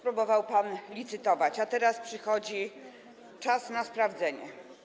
Próbował pan licytować, a teraz przychodzi czas na sprawdzenie.